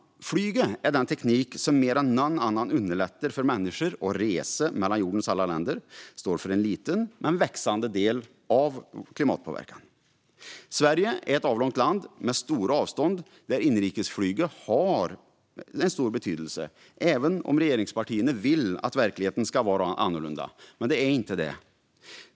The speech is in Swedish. Flyget, den teknik som mer än någon annan underlättar för människor att resa mellan jordens alla länder, står för en liten men växande del av klimatpåverkan. Sverige är ett avlångt land med stora avstånd där inrikesflyget har stor betydelse, även om regeringspartierna vill att verkligheten ska vara annorlunda. Det är den inte.